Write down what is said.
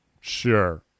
Sure